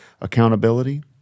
Accountability